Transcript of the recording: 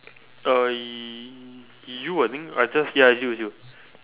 uh I you I think I just ya it's you it's you